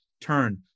turn